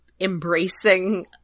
embracing